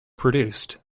produced